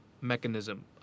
mechanism